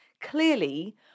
Clearly